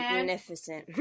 Magnificent